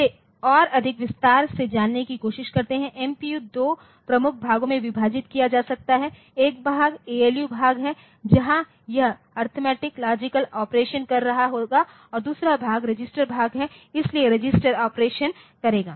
इसे और अधिक विस्तार में जानने की कोशिश करते है MPU 2 प्रमुख भाग में विभाजित किया जा सकता है एक भाग ALU भाग है जहाँ यह अरिथमेटिक लॉजिकल ऑपरेशन कर रहा होगा और दूसरा भाग रजिस्टर भाग है इसलिए यह रजिस्टर ऑपरेशन करेगा